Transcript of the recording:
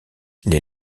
les